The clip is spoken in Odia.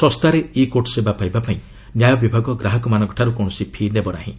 ଶସ୍ତାରେ ଇ କୋର୍ଟ ସେବା ପାଇବା ପାଇଁ ନ୍ୟାୟ ବିଭାଗ ଗ୍ରାହକମାନଙ୍କଠାରୁ କୌଣସି ଫି' ନେବ ନାହିଁ